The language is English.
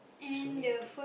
it's only